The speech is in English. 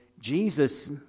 Jesus